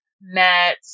met